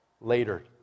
later